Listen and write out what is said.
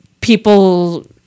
people